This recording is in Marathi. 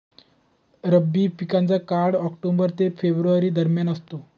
रब्बी पिकांचा काळ ऑक्टोबर ते फेब्रुवारी दरम्यान असतो